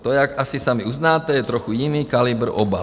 To, jak asi sami uznáte, je trochu jiný kalibr obav.